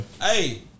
Hey